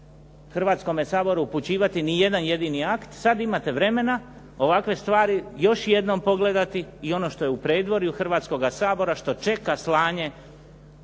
Hrvatskome saboru upućivati nijedan jedini akt sada imate vremena ovakve stvari još jednom pogledati i ono što je u predvorju Hrvatskoga sabora, što čeka slanje